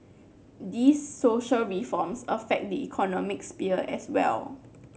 these social reforms affect the economic sphere as well